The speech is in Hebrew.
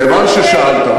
כיוון ששאלת,